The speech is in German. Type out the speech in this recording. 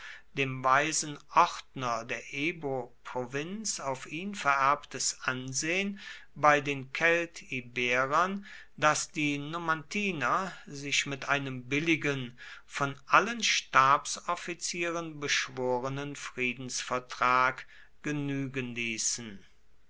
dem weisen ordner der ebroprovinz auf ihn vererbtes ansehen bei den keltiberern daß die numantiner sich mit einem billigen von allen stabsoffizieren beschworenen friedensvertrag genügen ließen